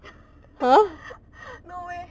no meh